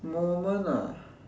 moment ah